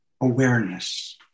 Awareness